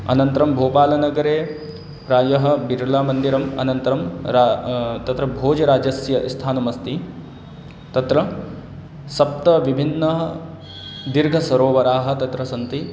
अनन्तरं भोपालनगरे प्रायः बिर्लामन्दिरम् अनन्तरं रा तत्र भोजराजस्य स्थानमस्ति तत्र सप्तविभिन्नाः दीर्घसरोवराः तत्र सन्ति